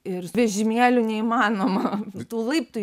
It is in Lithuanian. ir vežimėliu neįmanoma tų laiptų